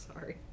Sorry